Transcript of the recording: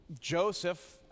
Joseph